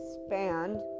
expand